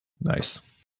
Nice